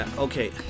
Okay